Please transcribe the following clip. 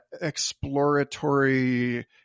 exploratory